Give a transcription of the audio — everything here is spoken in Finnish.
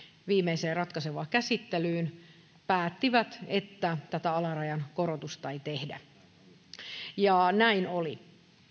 viimeiseen ratkaisevaan käsittelyyn että tätä alarajan korotusta ei tehdä näin oli